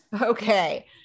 Okay